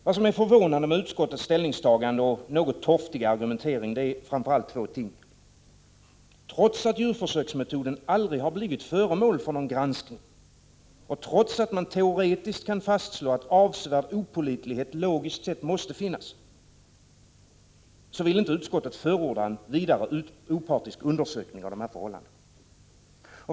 Vad som är förvånande med utskottets ställningstagande och något torftiga argumentering är framför allt två ting. För det första: Trots att djurförsöksmetoden aldrig har blivit föremål för granskning och trots att man teoretiskt kan fastslå att avsevärd opålitlighet logiskt sett måste finnas vill inte utskottet förorda en vidare opartisk undersökning av dessa förhållanden.